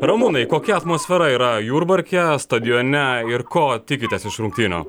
ramūnai kokia atmosfera yra jurbarke stadione ir ko tikitės iš rungtynių